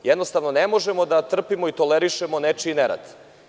Jednostavno, ne možemo da trpimo i tolerišemo nečiji nerad.